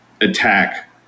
attack